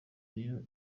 niyo